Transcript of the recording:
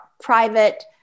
private